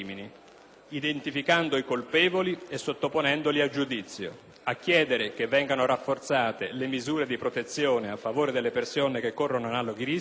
identificando i colpevoli e sottoponendoli a giudizio; a chiedere che vengano rafforzate le misure di protezione a favore delle persone che corrono analoghi rischi;